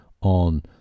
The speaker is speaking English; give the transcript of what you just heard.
on